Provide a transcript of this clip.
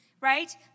right